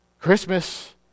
Christmas